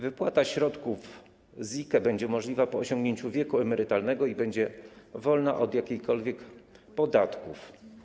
Wypłata środków z IKE będzie możliwa po osiągnięciu wieku emerytalnego i będzie wolna od jakichkolwiek podatków.